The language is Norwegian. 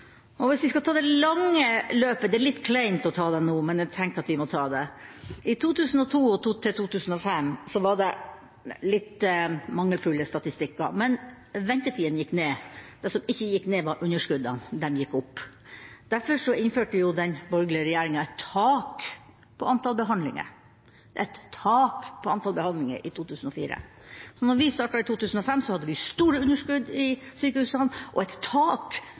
Og hvis vi skal ta det lange løpet – det er litt kleint å ta det nå, men jeg tenkte at vi må ta det: Fra 2002 til 2005 var det litt mangelfulle statistikker, men ventetidene gikk ned. Det som ikke gikk ned, var underskuddene, de gikk opp. Derfor innførte den borgerlige regjeringa et tak på antall behandlinger i 2004, så da vi startet i 2005, hadde vi store underskudd i sykehusene og et tak